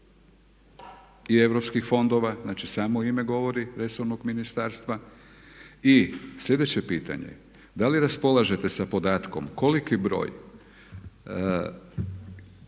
i europskih fondova. Znači, samo ime govori resornog ministarstva. I sljedeće pitanje je da li raspolažete sa podatkom koliki broj